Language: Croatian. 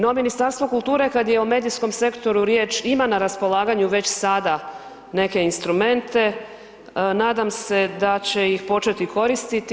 No, Ministarstvo kulture kad je o medijskom sektoru riječ ima na raspolaganju već sada neke instrumente, nadam se da će ih početi koristiti.